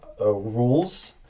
rules